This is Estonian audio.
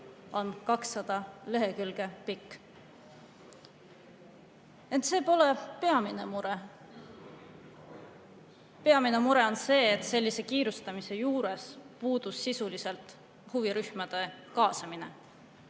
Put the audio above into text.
on 200 lehekülge pikk. Ent see pole peamine mure. Peamine mure on see, et sellise kiirustamise juures puudus sisuliselt huvirühmade kaasamine.